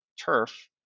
turf